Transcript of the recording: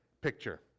picture